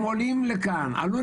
הם עלו לכאן.